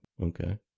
okay